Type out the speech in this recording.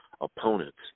opponents